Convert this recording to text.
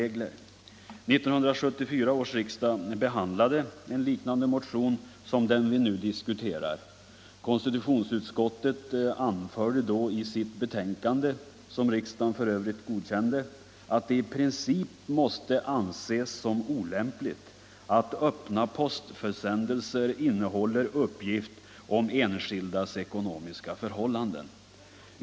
1974 års riksdag behandlade en motion liknande den vi nu diskuterar. Konstitutionsutskottet anförde då i sitt betänkande, som riksdagen för övrigt godkände, att det i princip måste anses olämpligt att öppna postförsändelser innehåller uppgift om enskildas ekonomiska förhållanden.